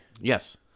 Yes